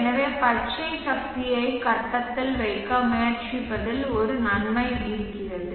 எனவே பச்சை சக்தியை கட்டத்தில் வைக்க முயற்சிப்பதில் ஒரு நன்மை இருக்கிறது